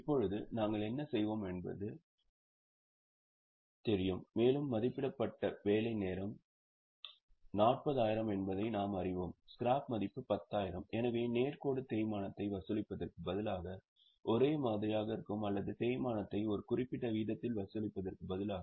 இப்போது என்ன செய்வோம் என்றால் மதிப்பிடப்பட்ட வேலை நேரம் 40000 என்பதையும் நாம் அறிவோம் ஸ்கிராப் மதிப்பு 10000 எனவே நேர் கோடு தேய்மானத்தை வசூலிப்பதற்கு பதிலாக ஒரே மாதிரியாக இருக்கும் அல்லது தேய்மானத்தை ஒரு குறிப்பிட்ட விகிதத்தில் வசூலிப்பதற்கு பதிலாக